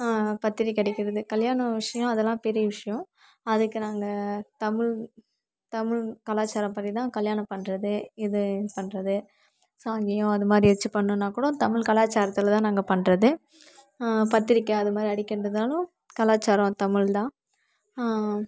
பத்திரிக்கை அடிக்கிறது கல்யாணம் விஷயோம் அதெலான் பெரிய விஷயோம் அதுக்கு நாங்கள் தமிழ் தமிழ் கலாச்சாரப்படிதான் கல்யாணம் பண்ணுறது இது பண்ணுறது சாங்கியம் அது மாதிரி ஏதாச்சும் பண்ணினா கூட தமிழ் கலாச்சாரத்தில்தான் நாங்கள் பண்ணுறது பத்திரிக்கை அதுமாதிரி அடிக்கிறதிருந்தாலும் கலாச்சாரம் தமிழ்தான்